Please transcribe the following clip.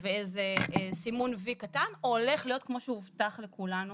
ואיזה סימון "וי" קטן או הולך להיות כמו שהובטח לכולנו